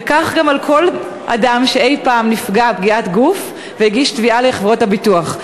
וכך גם על כל אדם שאי-פעם נפגע פגיעת גוף והגיש תביעה לחברות הביטוח.